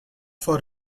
for